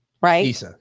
right